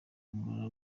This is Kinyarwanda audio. angola